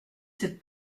cette